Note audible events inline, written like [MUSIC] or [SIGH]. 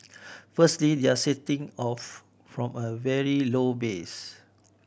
firstly they are [UNINTELLIGIBLE] off from a very low base